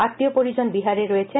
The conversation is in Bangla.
আম্পীয় পরিজন বিহারে রয়েছেন